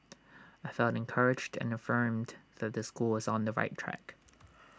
I felt encouraged and affirmed that the school was on the right track